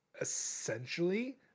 essentially